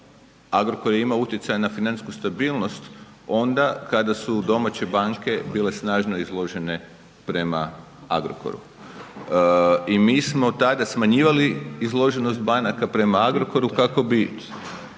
Agrokor je imao utjecaj na financijsku stabilnost onda kada su domaće banke bile snažno izložene prema Agrokoru. I mi smo tada smanjivali izloženost banaka prema Agrokoru kako bi